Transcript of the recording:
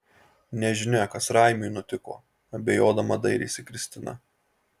nežinia kas raimiui nutiko abejodama dairėsi kristina